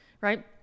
right